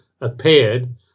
appeared